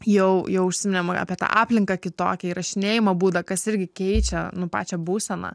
jau jau užsiminėm apie tą aplinką kitokią įrašinėjimo būdą kas irgi keičia nu pačią būseną